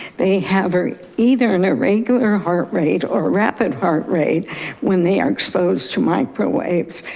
they have either in a regular heart rate or rapid heart rate when they are exposed to microwaves.